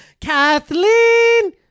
Kathleen